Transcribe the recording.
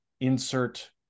insert